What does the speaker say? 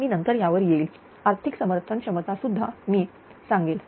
मी नंतर यावर येईल आर्थिक समर्थन क्षमता सुद्धा मी सांगेल